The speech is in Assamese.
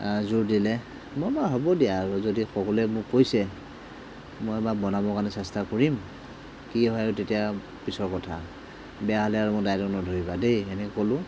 যোৰ দিলে মই বোলো হ'ব দিয়া আৰু যদি সকলোৱে মোক কৈছে মই বাৰু বনাব কাৰণে চেষ্টা কৰিম কি হয় আৰু তেতিয়া পিছৰ কথা বেয়া হ'লে আৰু মোক দায় দোষ নধৰিবা দেই সেনেকৈ ক'লোঁ